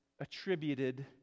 attributed